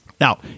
now